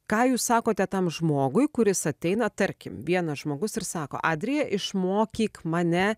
ką jūs sakote tam žmogui kuris ateina tarkim vienas žmogus ir sako adrija išmokyk mane